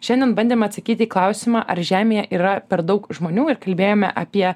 šiandien bandėm atsakyti į klausimą ar žemėje yra per daug žmonių ir kalbėjome apie